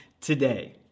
today